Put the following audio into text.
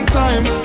time